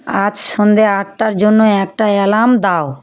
আজ সন্ধ্যে আটটার জন্য একটা অ্যালার্ম দাও